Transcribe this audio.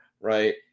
right